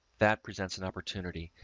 that presents an opportunity.